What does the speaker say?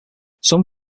some